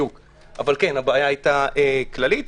אבל הבעיה היתה כללית.